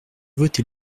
voté